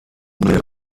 der